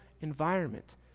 environment